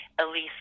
Elise